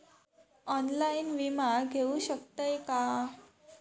Online विमा घेऊ शकतय का?